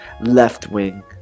left-wing